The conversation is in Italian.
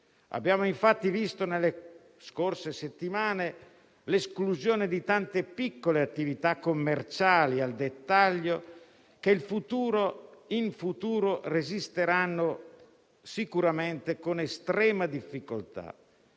Abbiamo visto, infatti, nelle scorse settimane l'esclusione di tante piccole attività commerciali al dettaglio, che in futuro resisteranno sicuramente con estrema difficoltà.